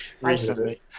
recently